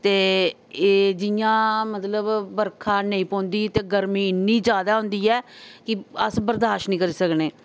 ते एह् जियां मतलब बर्खा नेई पौंदी ते गर्मी इन्नी ज्यादा हुंदी ऐ कि अस बर्दाश्त नेई करी सकने